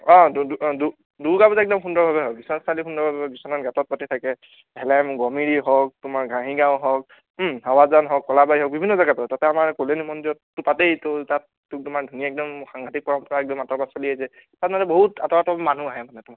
অঁ দু দু অঁ দু দুৰ্গা পূজা একদম সুন্দৰ্ভাৱে হয় বিশ্বনাথ চাৰিআলি সুন্দৰভাৱে বিশ্বনাথ ঘাটত পাতে তাকে হেলেম গমেৰী হওক তোমাৰ ঘাঁহিগাঁও হওক হাৱাজান হওক কলাবাৰী হওক বিভিন্ন জেগাত পাতে তাতে আমাৰ কল্যাণী মন্দিৰততো পাতেই তো তাত ইমান ধুনীয়া একদম সাংঘাটিক পৰম্পৰা একদম আতঁৰৰ পৰা চলি আহিছে তাত মানে বহুত আঁতৰ আঁতৰৰ মানুহ আহে